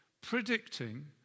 predicting